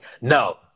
no